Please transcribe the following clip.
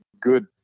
good